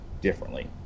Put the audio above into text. differently